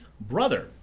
brother